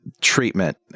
treatment